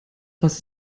was